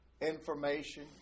information